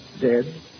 dead